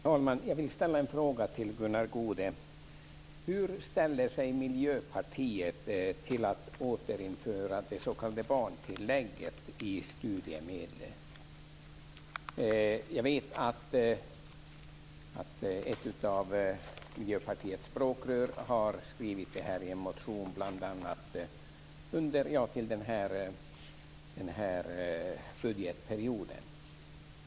Fru talman! Jag vill ställa en fråga till Gunnar Goude. Hur ställer sig Miljöpartiet till att återinföra det s.k. barntillägget i studiemedlen? Jag vet bl.a. att ett av Miljöpartiets språkrör har skrivit om detta i en motion för den här budgetperioden.